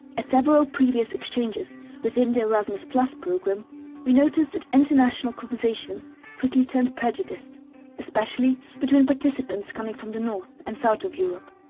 at several previous exchanges within the erasmus programme we noticed that international conversations quickly turned prejudiced especially between participants coming from the north and south of europe.